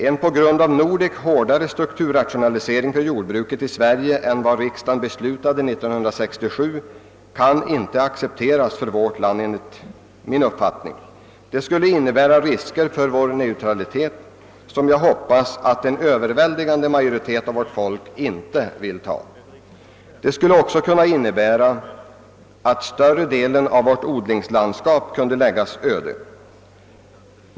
En av Nordek föranledd hårdare strukturrationalisering för jordbruket i Sverige än vad riksdagen beslutade år 1967 kan inte accepteras för vårt land. Det skulle innebära risker för vår neutralitet, vilka jag hoppas att en överväldigande majoritet av vårt folk inte vill ta. Det skulle också innebära att större delen av vårt odlingslandskap lades öde.